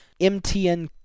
MTN